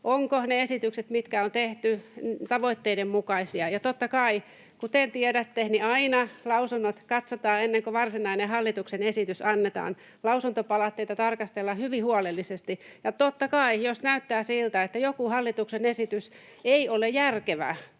ovatko ne esitykset, mitkä on tehty, tavoitteiden mukaisia. Totta kai, kuten tiedätte, aina lausunnot katsotaan ennen kuin varsinainen hallituksen esitys annetaan. Lausuntopalautteita tarkastellaan hyvin huolellisesti, ja totta kai, jos näyttää siltä, että joku hallituksen esitys ei ole järkevä